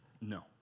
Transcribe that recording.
No